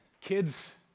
Kids